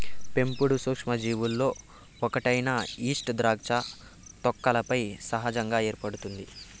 పెంపుడు సూక్ష్మజీవులలో ఒకటైన ఈస్ట్ ద్రాక్ష తొక్కలపై సహజంగా ఏర్పడుతుంది